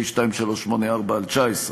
פ/2384/19.